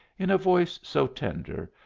in a voice so tender,